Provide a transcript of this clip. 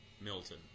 Milton